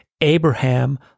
Abraham